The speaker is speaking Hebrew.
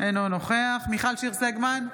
אינו נוכח מיכל שיר סגמן,